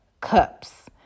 cups